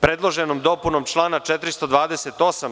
Predloženom dopunom člana 428.